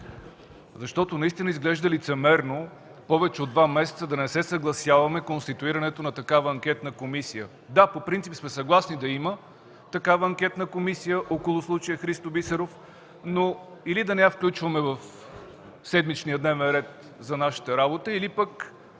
Защото наистина изглежда лицемерно повече от два месеца да не се съгласяваме с конституирането на такава анкетна комисия – да, по принцип сме съгласни да има такава анкетна комисия около случая Христо Бисеров, но или да не я включваме в седмичния дневен ред за нашата работа, или пък